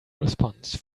response